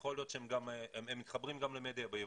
יכול להיות שהם מתחברים למדיה בעברית,